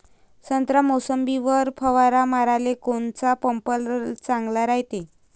संत्रा, मोसंबीवर फवारा माराले कोनचा पंप चांगला रायते?